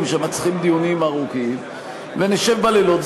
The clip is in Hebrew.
שמצריכים דיונים ארוכים ונשב בלילות,